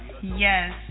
Yes